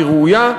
היא ראויה,